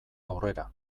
aurrera